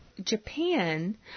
Japan